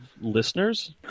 listeners